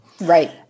right